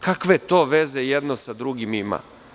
Kakve to veze jedno sa drugim ima?